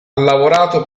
lavorato